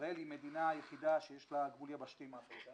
ישראל היא המדינה היחידה שיש לה גבול יבשתי עם אפריקה,